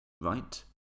right